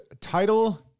title